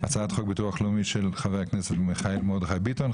הצעת חוק ביטוח לאומי של חבר הכנסת מרדכי ביטון,